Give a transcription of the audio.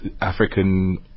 African